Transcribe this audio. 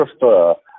prefer